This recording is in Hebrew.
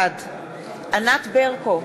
בעד ענת ברקו,